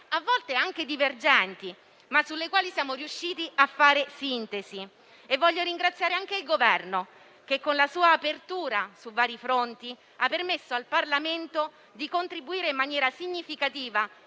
a volte anche divergenti, sulle quali siamo riusciti però a trovare una sintesi. Voglio ringraziare anche il Governo che, con la sua apertura su vari fronti, ha permesso al Parlamento di contribuire in maniera significativa